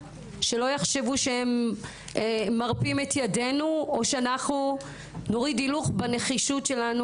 שלא יחשבו שהם מרפים את ידינו או שאנחנו נוריד הילוך בנחישות שלנו